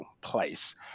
place